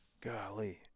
Golly